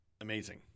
Amazing